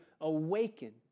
awaken